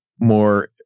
more